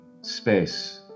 space